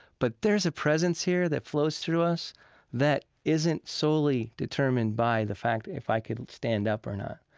but there's a presence here that flows through us that isn't solely determined by the fact if i could stand up or not.